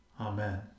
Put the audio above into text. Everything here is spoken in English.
Amen